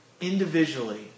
individually